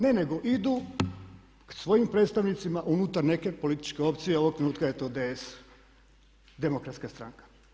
Ne, nego idu svojim predstavnicima unutar neke političke opcije ovog trenutka je to DS, Demokratska stranka.